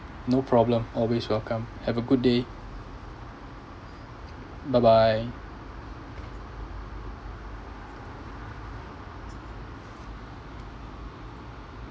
no problem always welcome have a good day bye bye